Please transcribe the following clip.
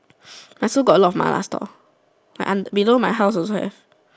my school got a lot of mala store like und~ below my house also have